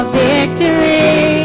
victory